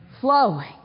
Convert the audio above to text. flowing